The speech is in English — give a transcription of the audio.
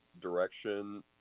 direction